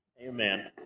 Amen